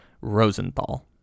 Rosenthal